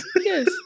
Yes